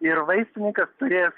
ir vaistininkas turi